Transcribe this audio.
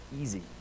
easy